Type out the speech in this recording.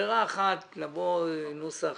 ברירה אחת היא לבוא עם נוסח,